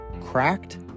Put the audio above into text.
cracked